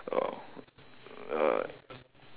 uh uh